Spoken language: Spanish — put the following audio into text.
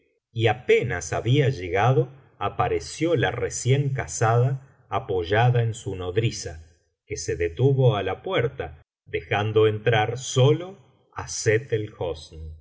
i apenas había llegado apareció la recién casada apoyada en su nodriza que se detuvo á la puerta dejando entrar sólo á